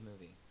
movie